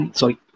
sorry